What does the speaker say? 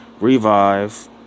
revive